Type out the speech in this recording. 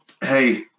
hey